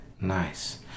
nice